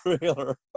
trailer